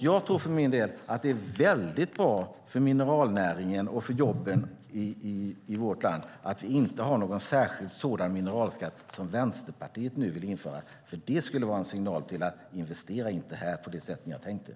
Jag tror för min del att det är väldigt bra för mineralnäringen och jobben i vårt land att vi inte har någon särskild sådan mineralskatt som Vänsterpartiet nu vill införa. Det skulle vara en signal: Investera inte här på det sätt ni har tänkt er.